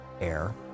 air